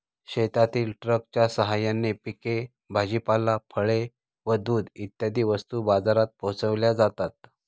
शेतातील ट्रकच्या साहाय्याने पिके, भाजीपाला, फळे व दूध इत्यादी वस्तू बाजारात पोहोचविल्या जातात